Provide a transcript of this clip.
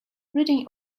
reading